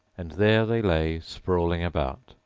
and there they lay sprawling about,